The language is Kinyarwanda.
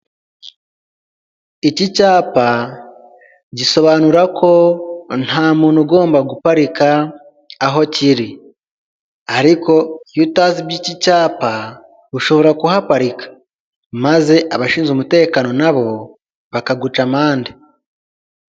Iki cyapa gisobanura ko nta muntu ugomba guparika aho kiri, ariko iyo utazi iby'iki cyapa ushobora kuhaparika maze abashinzwe umutekano na bo bakaguca amande.